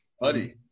Buddy